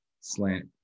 slant